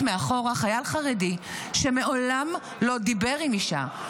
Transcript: מאחורה חייל חרדי שמעולם לא דיבר עם אישה,